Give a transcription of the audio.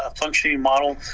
um she models